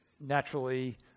naturally